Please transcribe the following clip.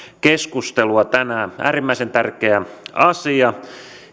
keskustelua tänään äärimmäisen tärkeä asia